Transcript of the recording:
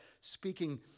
speaking